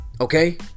Okay